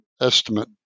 estimate